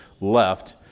left